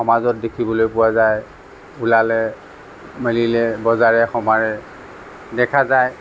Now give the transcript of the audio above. সমাজত দেখিবলৈ পোৱা যায় ওলালে মেলিলে বজাৰে সমাৰে দেখা যায়